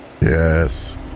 Yes